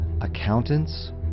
accountants